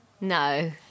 No